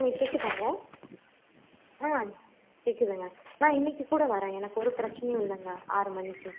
ம் கேட்குதாங்க ஆ கேட்குதுங்க நான் இன்றைக்கிக்கூட வரேன் எனக்கு ஒரு பிரச்சினையும் இல்லைங்க ஆறு மணிக்கு